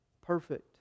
perfect